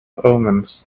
omens